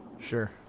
Sure